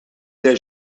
l’ai